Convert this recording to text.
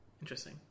Interesting